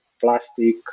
plastic